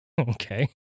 Okay